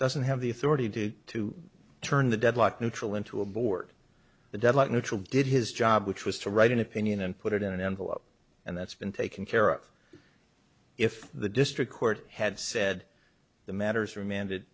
doesn't have the authority to to turn the deadlock neutral in to abort the deadlock neutral did his job which was to write an opinion and put it in an envelope and that's been taken care of if the district court had said the matter is remand